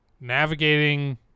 navigating